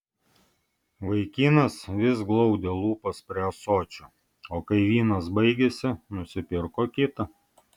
vaikinas vis glaudė lūpas prie ąsočio o kai vynas baigėsi nusipirko kitą